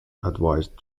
advised